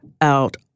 out